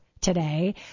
today